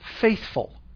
faithful